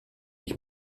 ich